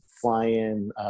fly-in